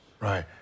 right